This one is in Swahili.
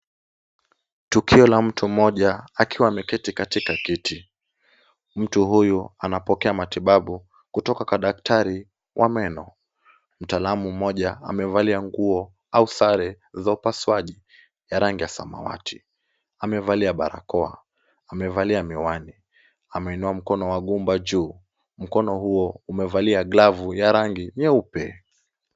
Tukio la mtu mmoja akiwa ameketi katika kiti. Mtu huyu anapokea matibabu, kutoka kwa daktari wa meno. Mtalamu mmoja amevalia nguo au sare za upasuaji, ya rangi ya samawati. Amevalia barakoa. Amevalia miwani. Ameinua mkono wa gumba juu. Mkono huo umevalia glavu ya rangi nyeupe.